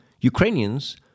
Ukrainians